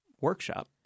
workshop